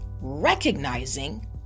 recognizing